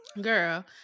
girl